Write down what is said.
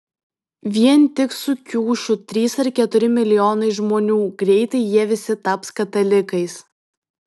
vien tik su kiušiu trys ar keturi milijonai žmonių greitai jie visi taps katalikais